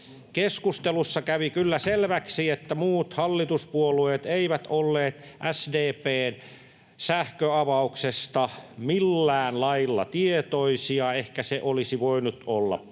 Keskustelussa kävi kyllä selväksi, että muut hallituspuolueet eivät olleet SDP:n sähköavauksesta millään lailla tietoisia — ehkä se olisi voinut olla paikallaan.